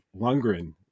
Lundgren